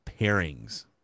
pairings